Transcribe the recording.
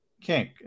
kink